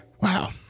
wow